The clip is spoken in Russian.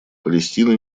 палестина